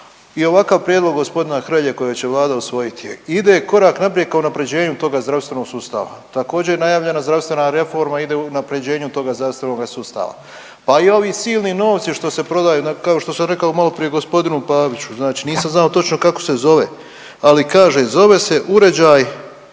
i ovakav prijedlog g. Hrelje kojeg će Vlada usvojiti ide korak naprijed ka unaprjeđenju toga zdravstvenog sustava. Također i najavljena zdravstvena reforma ide u unaprjeđenju toga zdravstvenoga sustava, pa i ovi silni novci što se prodaju, kao što sam rekao maloprije g. Paviću, znači nisam znao točno kako se zove, ali kaže zove se uređaj